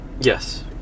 yes